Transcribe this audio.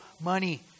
money